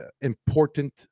important